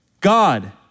God